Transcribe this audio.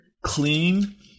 clean